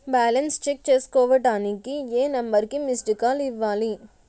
Balance check చేసుకోవటానికి ఏ number కి మిస్డ్ కాల్ ఇవ్వాలి?